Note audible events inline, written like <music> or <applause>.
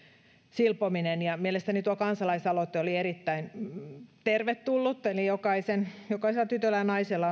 silpominen mielestäni tuo kansalaisaloite oli erittäin tervetullut eli jokaisella tytöllä ja naisella <unintelligible>